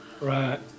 Right